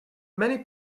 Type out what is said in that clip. many